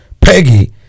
Peggy